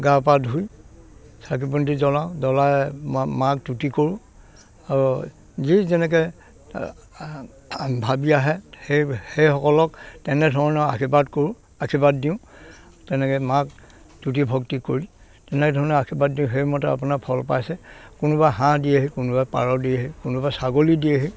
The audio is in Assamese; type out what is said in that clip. গা পা ধুই চাকি বন্তি জ্বলাওঁ জ্বলায়ে মাক তুতি কৰোঁ আৰু যি যেনেকৈ ভাবি আহে সেই সেইসকলক তেনেধৰণৰ আশীৰ্বাদ কৰোঁ আশীৰ্বাদ দিওঁ তেনেকৈ মাক তুতি ভক্তি কৰি তেনেধৰণে আশীৰ্বাদ দিওঁ সেইমতে আপোনাৰ ফল পাইছে কোনোবায়ে হাঁহ দিয়েহি কোনোবায়ে পাৰ দিয়েহি কোনোবায়ে ছাগলী দিয়েহি